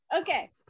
Okay